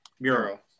Muro